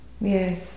yes